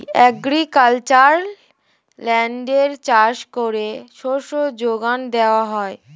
agricultural ল্যান্ডে চাষ করে শস্য যোগান দেওয়া হয়